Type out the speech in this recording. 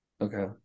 Okay